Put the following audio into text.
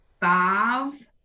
five